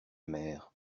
mère